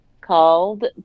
called